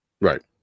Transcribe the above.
Right